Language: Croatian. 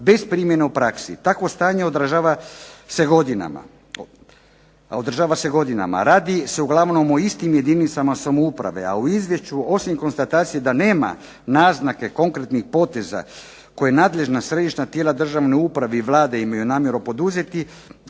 bez primjene u praksi. Takvo stanje odražava se godinama. Radi se uglavnom o istim jedinicama samouprave, a u izvješću osim konstatacije da nema naznake konkretnih poteza koje nadležna središnja tijela državne uprave i Vlade imaju poduzeti